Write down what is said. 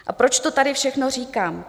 A proč to tady všechno říkám?